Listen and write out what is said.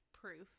proof